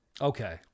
Okay